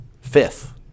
Fifth